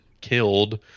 killed